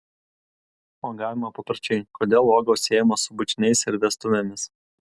uogavimo papročiai kodėl uogos siejamos su bučiniais ir vestuvėmis